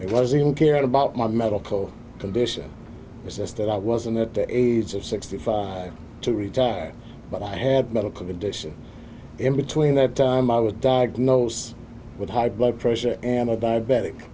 it was even care about my medical condition it's just that i was in that age of sixty five to retire but i have a medical condition in between that time i was diagnosed with high blood pressure am a diabetic